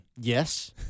Yes